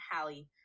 Hallie